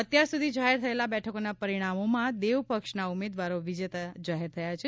અત્યાર સુધી જાહેર થયેલા બેઠકોના પરિણામોમાં દેવપક્ષના ઉમેદવારો વિજેતા જાહેર થયા છે